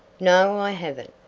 no, i haven't.